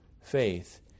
faith